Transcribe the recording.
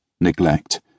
neglect